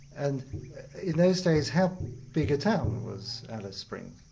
and in those days, how big a town was alice springs?